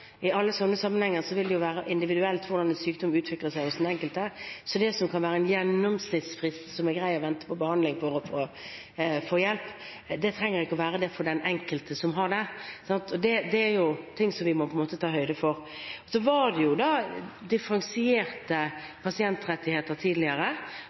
I alle slike sammenhenger vil det være individuelt hvordan en sykdom utvikler seg hos den enkelte, så det som kan være en gjennomsnittsfrist som er grei for å vente på behandling for å få hjelp, trenger ikke å være det for den enkelte. Det er ting vi må ta høyde for. Så var det jo differensierte pasientrettigheter tidligere, hvor man hadde dem som trengte hjelp mye raskere, og etter alvorlighetsgraden. Det